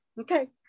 Okay